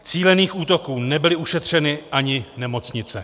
Cílených útoků nebyly ušetřeny ani nemocnice.